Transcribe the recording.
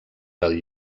del